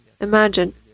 Imagine